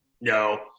No